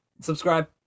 subscribe